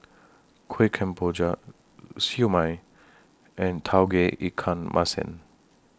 Kuih Kemboja Siew Mai and Tauge Ikan Masin